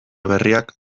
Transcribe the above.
berriak